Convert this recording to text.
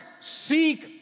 seek